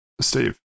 Steve